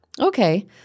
Okay